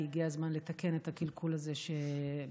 כי הגיע הזמן לתקן את הקלקול הזה, שעשה,